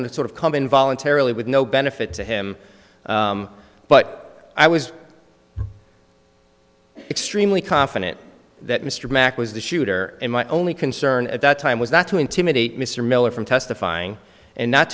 to sort of come in voluntarily with no benefit to him but i was extremely confident that mr mack was the shooter and my only concern at that time was not to intimidate mr miller from testifying and not